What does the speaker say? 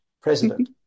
president